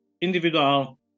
individual